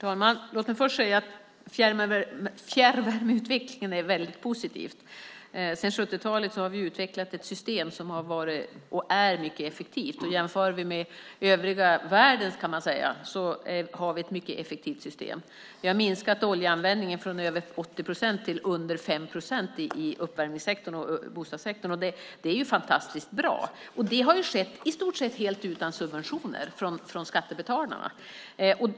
Herr talman! Låt mig först säga att fjärrvärmeutvecklingen är väldigt positiv. Sedan 70-talet har vi utvecklat ett system som har varit och är mycket effektivt. Jämför vi med övriga världen har vi ett mycket effektivt system. Vi har minskat oljeanvändningen från över 80 procent till under 5 procent i uppvärmningssektorn och bostadssektorn, och det är fantastiskt bra. Det har skett i stort sett helt utan subventioner från skattebetalarna.